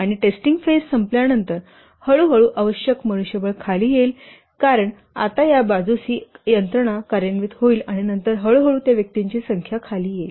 आणि testing phase संपल्यानंतर हळूहळू आवश्यक मनुष्यबळ खाली येईल कारण आता या बाजूस ही यंत्रणा कार्यान्वित होईल आणि नंतर हळूहळू त्या व्यक्तीची संख्या खाली येईल